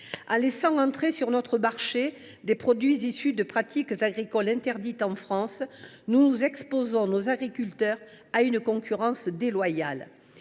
En laissant entrer sur notre marché des produits issus de pratiques agricoles interdites en France, nous exposons nos agriculteurs à une concurrence déloyale.